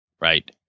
right